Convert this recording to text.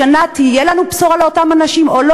השנה תהיה לנו בשורה לאותם אנשים או לא?